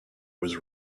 was